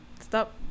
Stop